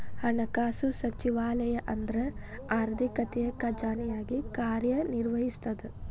ಹಣಕಾಸು ಸಚಿವಾಲಯ ಅಂದ್ರ ಆರ್ಥಿಕತೆಯ ಖಜಾನೆಯಾಗಿ ಕಾರ್ಯ ನಿರ್ವಹಿಸ್ತದ